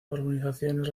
urbanizaciones